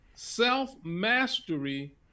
self-mastery